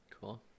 cool